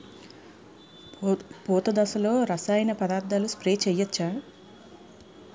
పూత దశలో రసాయన పదార్థాలు స్ప్రే చేయచ్చ?